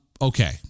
Okay